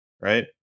right